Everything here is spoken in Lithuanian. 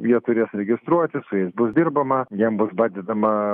jie turės registruotis su jais bus dirbama jiem bus padedama